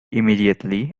immediately